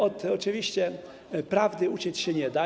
Oczywiście od prawdy uciec się nie da.